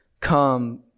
come